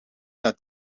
dat